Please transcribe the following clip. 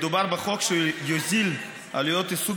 מדובר בחוק שיוזיל את עלויות העיסוק